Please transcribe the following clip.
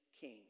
king